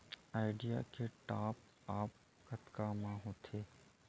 Idea के top आप कतका म होथे?